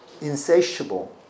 insatiable